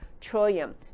trillion